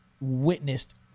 witnessed